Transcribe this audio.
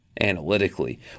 analytically